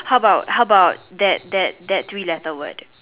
how about how about that that that three letter word